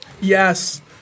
Yes